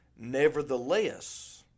Nevertheless